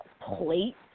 plate